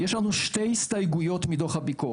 יש לנו שתי הסתייגויות מדוח הביקורת.